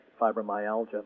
fibromyalgia